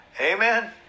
Amen